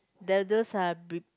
that this are